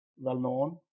well-known